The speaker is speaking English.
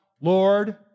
Lord